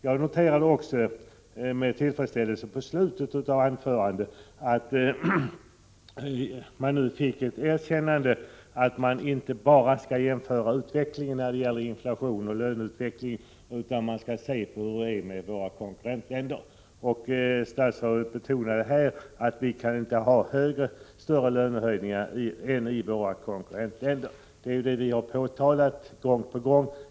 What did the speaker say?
Jag noterade också med tillfredsställelse att statsrådet i slutet av anförandet erkände att man inte bara skall se till utvecklingen när det gäller inflation och löner utan att man skall jämföra med hur det är i våra konkurrentländer. Statsrådet betonade att vi inte kan ha större lönehöjningar än man har i konkurrentländerna. Detta har vi påtalat gång på gång.